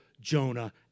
Jonah